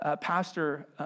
pastor